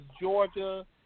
Georgia